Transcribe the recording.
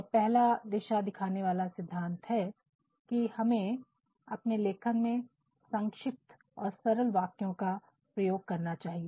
और पहला दिशा दिखाने वाला सिद्धांत है कि हमें अपने लेखन में संक्षिप्त और सरल वाक्यों का प्रयोग करना चाहिए